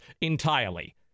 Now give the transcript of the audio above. entirely